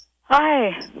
Hi